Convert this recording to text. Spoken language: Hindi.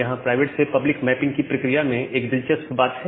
यहां प्राइवेट से पब्लिक मैपिंग की प्रक्रिया में एक दिलचस्प बात है